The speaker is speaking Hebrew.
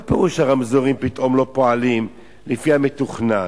מה פירוש הרמזורים פתאום לא פועלים לפי המתוכנן,